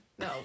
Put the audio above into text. No